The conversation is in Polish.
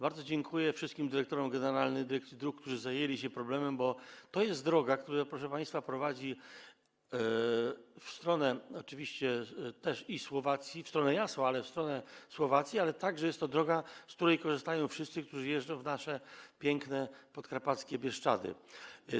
Bardzo dziękuję wszystkim dyrektorom generalnym dyrekcji dróg, którzy zajęli się problemem, bo to jest droga, która, proszę państwa, prowadzi oczywiście w stronę Słowacji - w stronę Jasła, ale i w stronę Słowacji - ale także jest to droga, z której korzystają wszyscy, którzy jeżdżą w nasze piękne podkarpackie Bieszczady.